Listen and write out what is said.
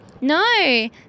no